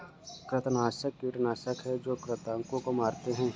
कृंतकनाशक कीटनाशक हैं जो कृन्तकों को मारते हैं